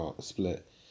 split